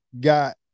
got